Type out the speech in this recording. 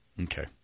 Okay